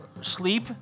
sleep